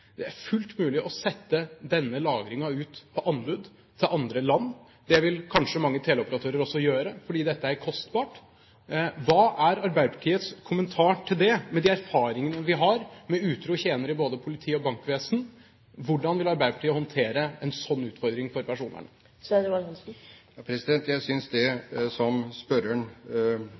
Det er fullt mulig å sette denne lagringen ut på anbud til andre land. Det vil kanskje mange teleoperatører også gjøre, fordi dette er kostbart. Hva er Arbeiderpartiets kommentar til det, med de erfaringene vi har, med utro tjenere både i politi og bankvesen? Hvordan vil Arbeiderpartiet håndtere en sånn utfordring for personvernet? Jeg synes det som spørreren